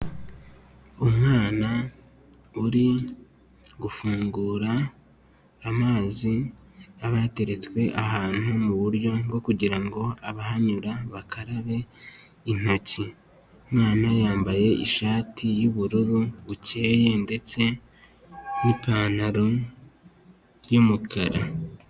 Umwana uri gufungura amazi aba yateretswe ahantu mu buryo bwo kugira ngo abahanyura bakarabe intoki, umwana yambaye ishati y'ubururu bukeye ndetse n'ipantaro y'umukara.